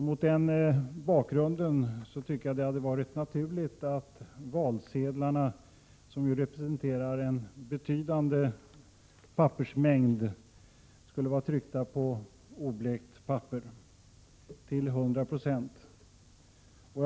Mot den bakgrunden tycker jag att det hade varit naturligt att valsedlarna, som ju representerar en betydande pappersmängd, skulle vara tryckta på oblekt papper till 100 96.